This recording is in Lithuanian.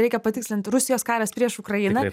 reikia patikslint rusijos karas prieš ukrainą